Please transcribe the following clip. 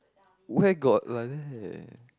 where got like that